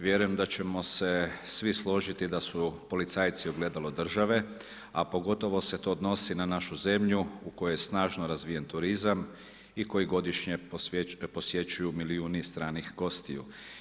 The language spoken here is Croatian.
Vjerujem da ćemo svi složiti da su policajci ogledalo države, a pogotovo se to odnosi na našu zemlju, u kojoj je snažno razvijen turizam i koji godišnje posjećuju milijuni stranih gostiju.